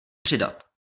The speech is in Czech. přidat